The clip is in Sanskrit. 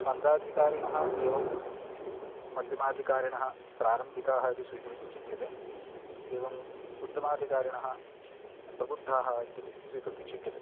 मन्दाधिकारिणः एवं मध्यमाधिकारिणः प्रारम्भिकाः इति स्वीकर्तुं शक्यते एवम् उत्तमाधिकारिणः प्रबुद्धाः इत्यपि स्वीकर्तुं शक्यते